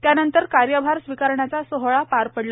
त्यानंतर कार्यभार स्वीकारण्याचा सोहळा पार पडला